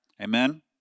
Amen